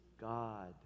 God